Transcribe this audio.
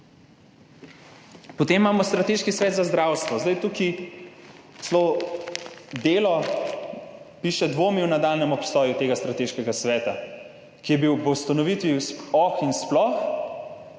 Potem imamo Strateški svet za zdravstvo, tukaj celo Delo dvomi o nadaljnjem obstoju tega strateškega sveta, ki je bil ob ustanovitvi oh in sploh.